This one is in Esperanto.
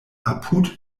apud